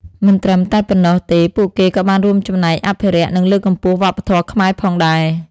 មិនត្រឹមតែប៉ុណ្ណោះទេពួកគេក៏បានរួមចំណែកអភិរក្ស និងលើកកម្ពស់វប្បធម៌ខ្មែរផងដែរ ។